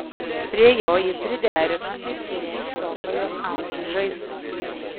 prie jo ji priderino ir kiek keistoką jos amžiui žaislą